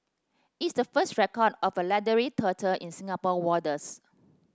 it's the first record of a leathery turtle in Singapore waters